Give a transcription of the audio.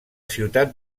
ciutat